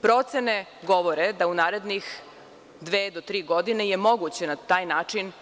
Procene govore da u narednih dve do tri godine je moguće na taj način